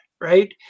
right